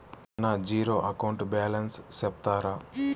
నా zero account balance సెప్తారా?